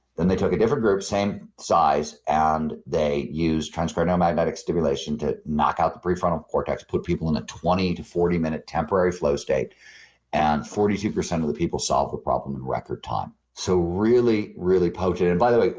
then they took a different group, same size, and they used transcranial magnetic stimulation to knock out the prefrontal cortex, put people in a twenty to forty minute temporary flow state and forty two percent of the people solved the problem in record time. so really, really potent and by the way,